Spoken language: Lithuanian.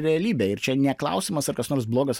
realybė ir čia ne klausimas ar kas nors blogas